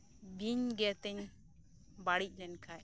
ᱵᱤᱧ ᱜᱮᱨᱛᱮᱧ ᱵᱟᱹᱲᱤᱡ ᱞᱮᱱᱠᱷᱟᱡ